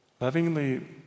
lovingly